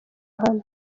hano